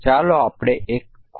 ચાલો બીજું એક ઉદાહરણ જોઈએ